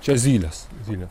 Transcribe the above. čia zylės zylė